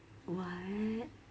what